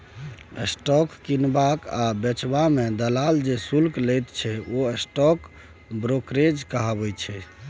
stock किनबा आ बेचबा मे दलाल जे शुल्क लैत छै ओ स्टॉक ब्रोकरेज कहाबैत छै